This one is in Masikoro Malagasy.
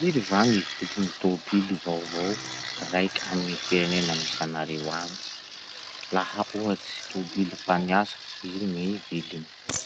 Firy va gny vilin'ny tobily vaovao raiky amy gny firenena misy anareo agny? Laha ohatsy tobily fa niasa, firy gny viliny?